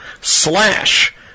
slash